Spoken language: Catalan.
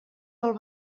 del